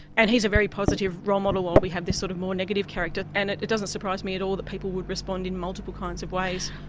and he's a very positive role model while we have this sort of more negative character, and it it doesn't surprise me at all that people would respond in multiple kinds of ways.